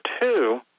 two